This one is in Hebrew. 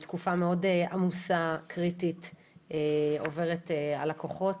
תקופה מאוד עמוסה וקריטית עוברת על הכוחות,